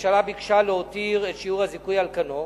הממשלה ביקשה להותיר את שיעור הזיכוי על כנו,